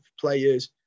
players